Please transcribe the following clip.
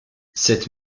cette